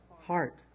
heart